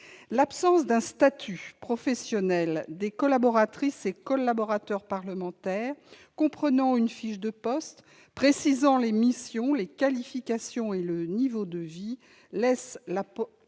L'absence d'un statut professionnel des collaboratrices et collaborateurs parlementaires comprenant une fiche de poste, précisant les missions, les qualifications et le niveau de rémunération laisse la porte